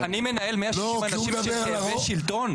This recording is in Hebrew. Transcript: אני מנהל 160 אנשים שהם תאבי שלטון?